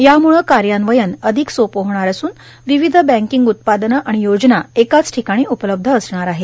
यामुळं कार्यान्वयन अधिक सोपं होणार असून विविध बँकिंग उत्पादनं आणि योजना एकाच ठिकाणी उपलब्ध असणार आहेत